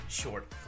short